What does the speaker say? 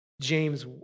James